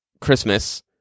Christmas